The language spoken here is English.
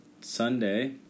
Sunday